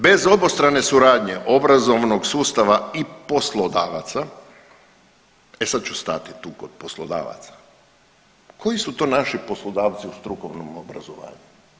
Bez obostrane suradnje obrazovnog sustava i poslodavaca, e sad ću stati tu kod poslodavaca, koji su to naši poslodavci u strukovnom obrazovanju.